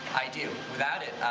i do. without it,